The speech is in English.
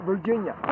Virginia